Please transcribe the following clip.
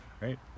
Right